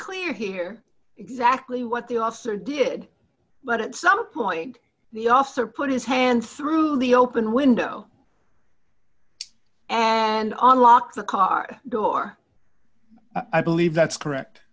clear here exactly what the officer did but at some point the officer put his hand through the open window and on lock the car go or i believe that's correct